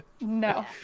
No